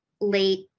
late